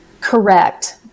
Correct